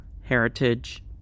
heritage